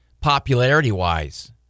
popularity-wise